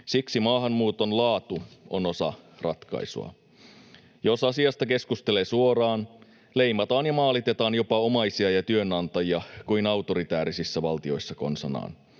Siksi maahanmuuton laatu on osa ratkaisua. Jos asiasta keskustelee suoraan, leimataan ja maalitetaan jopa omaisia ja työnantajia kuin autoritäärisissä valtioissa konsanaan.